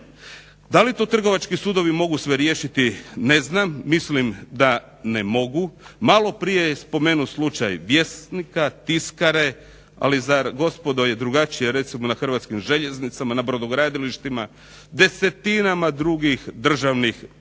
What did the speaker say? Da li to trgovački sudovi mogu sve riješiti, ne znam mislim da ne mogu, malo prije je spomenut slučaj Vjesnika, Tiskare ali zar gospodo je drugačije na Hrvatskim željeznicama, brodogradilištima, desetinama drugih državnih tvrtki.